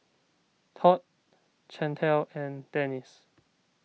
Todd Chantel and Denice